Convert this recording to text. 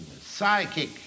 psychic